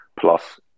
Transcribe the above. Plus